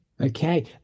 Okay